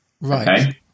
Right